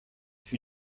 für